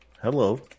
Hello